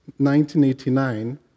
1989